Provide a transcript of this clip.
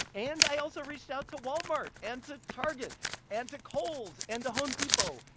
and i also reached out to walmart and to target and to kohl's and to home depot,